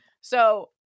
So-